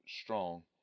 strong